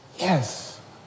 Yes